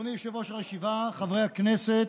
אדוני יושב-ראש הישיבה, חברי הכנסת,